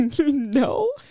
No